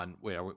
Wait